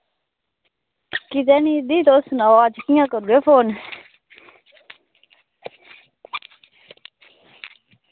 कुदै निं दीदी तुस सनाओ अज्ज कियां करी ओड़ेआ फोन